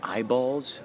Eyeballs